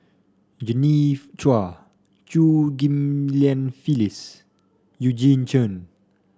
Genevieve Chua Chew Ghim Lian Phyllis Eugene Chen